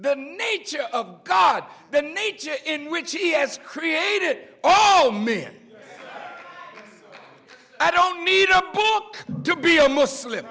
the nature of god the nature in which he has created oh man i don't need a book to be a muslim